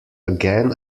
again